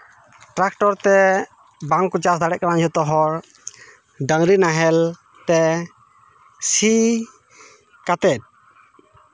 tractor ᱛᱮ ᱵᱟᱝ ᱠᱚ ᱪᱟᱥ ᱫᱟᱲᱮᱭᱟᱜ ᱠᱟᱱᱟ ᱡᱚᱛᱚ ᱦᱚᱲ ᱰᱟᱹᱝᱨᱤ ᱱᱟᱦᱮᱞ ᱛᱮ ᱥᱤ ᱠᱟᱛᱮᱫ